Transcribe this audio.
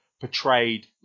portrayed